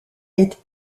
est